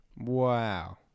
Wow